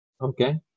Okay